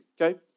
okay